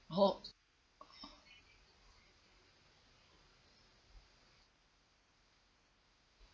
halt